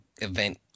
event